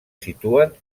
situen